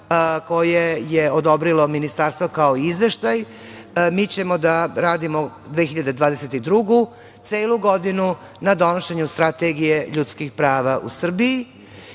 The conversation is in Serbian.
koje je odobrilo Ministarstvo, kao i izveštaj. Mi ćemo da radimo 2022. celu godinu na donošenju strategije ljudskih prava u Srbiji